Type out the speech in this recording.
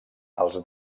els